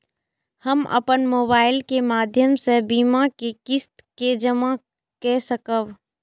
हम अपन मोबाइल के माध्यम से बीमा के किस्त के जमा कै सकब?